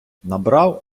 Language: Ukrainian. набрав